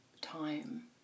time